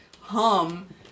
hum